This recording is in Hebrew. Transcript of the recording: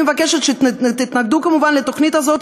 אני מבקשת שתתנגדו כמובן לתוכנית הזאת.